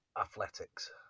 athletics